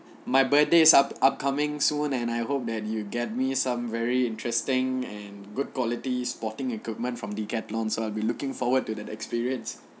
my birthday is up upcoming soon and I hope that you will get me some very interesting and good quality sporting equipment from decathlon so I'll be looking forward to the experience